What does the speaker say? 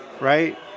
right